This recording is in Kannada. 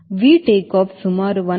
V ಟೇಕ್ ಆಫ್ ಸುಮಾರು 1